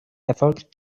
erfolgte